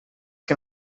que